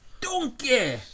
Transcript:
donkey